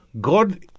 God